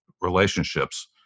relationships